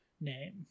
name